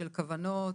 של כוונות,